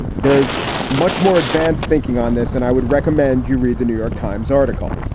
there is much more advanced thinking on this. and i would recommend you read the new york times article.